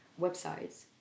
websites